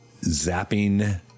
zapping